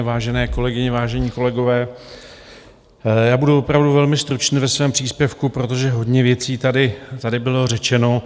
Vážené kolegyně, vážení kolegové, já budu opravdu velmi stručný ve svém příspěvku, protože hodně věcí tady bylo řečeno.